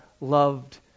loved